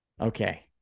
Okay